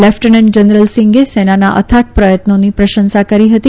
lieutenant general સીંગે સેનાના અથાગ પ્રયત્નોની પ્રશંસા કરી હતી